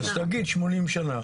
אז תגיד 80 שנה.